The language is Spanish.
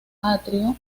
atrio